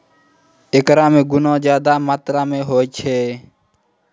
एकरा मे गुना ज्यादा मात्रा मे होय छै